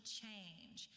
change